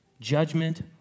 judgment